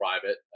private